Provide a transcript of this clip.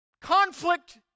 conflict